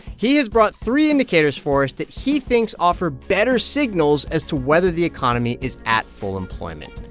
he has brought three indicators for us that he thinks offer better signals as to whether the economy is at full employment.